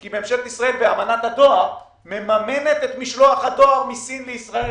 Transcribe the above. כי ממשלת ישראל באמנת הדואר מממנת את משלוח הדואר מסין לישראל.